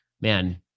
man